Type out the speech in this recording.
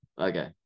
Okay